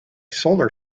solar